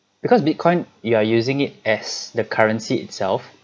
because bitcoin you are using it as the currency itself